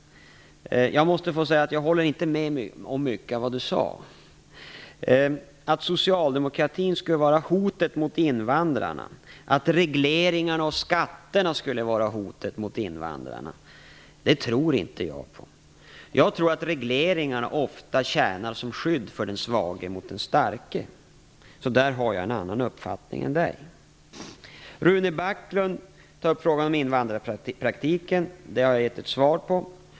Jag måste säga att jag inte håller med om mycket av det som han sade. Att socialdemokratin, regleringarna och skatterna skulle utgöra hotet mot invandrarna tror jag inte på. Jag tror att regleringarna ofta tjänar som skydd för den svage mot den starke. Där har jag en annan uppfattning än Gustaf von Essen. Rune Backlund tog upp frågan om invandrarpraktiken. Den frågan har jag redan svarat på.